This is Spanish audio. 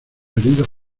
heridos